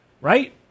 right